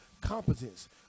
competence